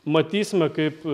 matysime kaip